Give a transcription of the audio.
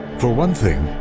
for one thing,